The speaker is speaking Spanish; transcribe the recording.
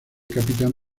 capitán